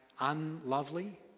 unlovely